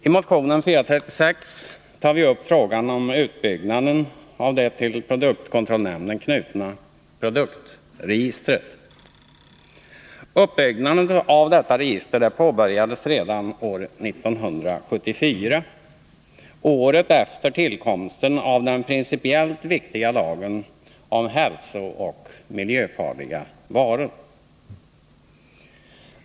I motion 436 tar vi upp frågan om uppbyggnaden av det till produktkontrollnämnden knutna produktregistret. Uppbyggnaden av detta register påbörjades redan år 1974, året efter tillkomsten av den principiellt viktiga lagen om hälsooch miljöfarliga varor.